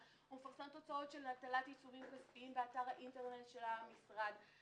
אני שיבצתי את עצמי למשמרת לילה באזור הקריות,